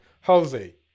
Halsey